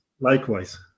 Likewise